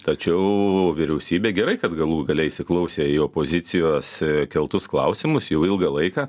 tačiau vyriausybė gerai kad galų gale įsiklausė į opozicijos keltus klausimus jau ilgą laiką